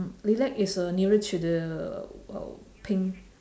lilac is uh nearer to the uh pink